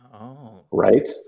Right